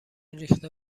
ریخته